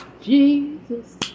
Jesus